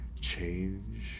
change